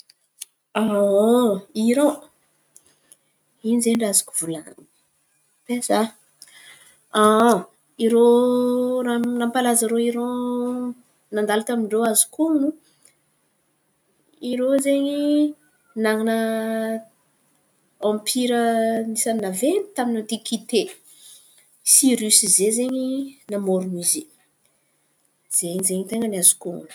Iran, irô izen̈y raha azoko volan̈iny, ambesa. Irô raha nampalaza irô Iran nandalo tamin-drô ny azoko honon̈o. Irô zen̈y nanan̈a ampira anisan̈y naventy tamin’ny antikite sy nisy izen̈y namoron̈o izy zen̈y, zen̈y ten̈a ny azoko honon̈o.